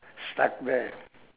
stuck there